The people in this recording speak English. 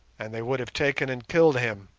and they would have taken and killed him,